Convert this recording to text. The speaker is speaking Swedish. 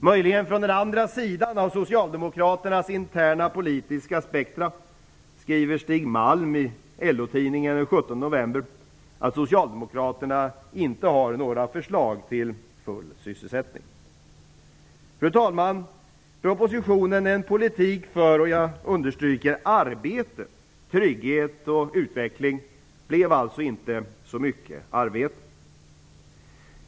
Möjligen från den andra sidan av socialdemokraternas interna politiska spektrum skriver Stig Malm i LO-tidningen den 17 november att Socialdemokraterna inte har några förslag till full sysselsättning. Fru talman! Propositionen förespråkar en politik för arbete, trygghet och utveckling. Det blev alltså inte så mycket arbete.